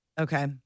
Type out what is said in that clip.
Okay